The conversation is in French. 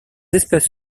espèces